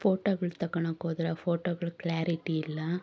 ಫೋಟೋಗಳು ತಗಳ್ಳೋಕೋದ್ರೆ ಆ ಫೋಟೋಗಳು ಕ್ಲ್ಯಾರಿಟಿ ಇಲ್ಲ